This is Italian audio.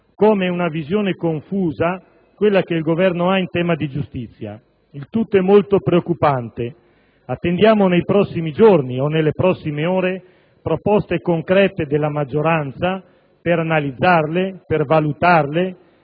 come è una visione confusa quella che l'Esecutivo ha in tema di giustizia. Tutto ciò è molto preoccupante. Attendiamo nei prossimi giorni o nelle prossime ore proposte concrete della maggioranza per analizzarle, per valutarle,